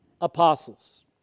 apostles